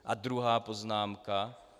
A druhá poznámka.